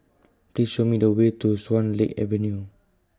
Please Show Me The Way to Swan Lake Avenue